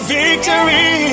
victory